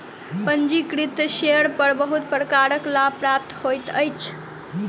पंजीकृत शेयर पर बहुत प्रकारक लाभ प्राप्त होइत अछि